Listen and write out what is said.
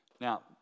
Now